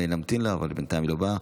נמתין לה, אבל בינתיים היא לא באה.